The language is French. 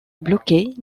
bloquée